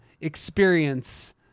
experience